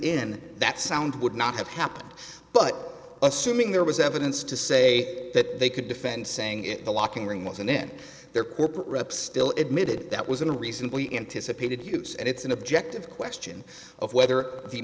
in that sound would not have happened but assuming there was evidence to say that they could defend saying it the locking ring wasn't in their corporate rep still it made it that was in a reasonably anticipated use and it's an objective question of whether the